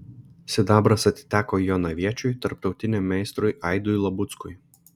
sidabras atiteko jonaviečiui tarptautiniam meistrui aidui labuckui